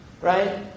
Right